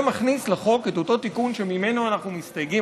ומכניס לחוק את אותו תיקון שממנו אנחנו מסתייגים,